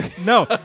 No